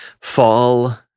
fall